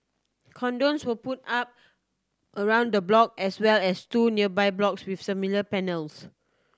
cordons were put up around the block as well as two nearby blocks with similar panels